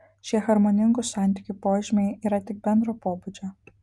šie harmoningų santykių požymiai yra tik bendro pobūdžio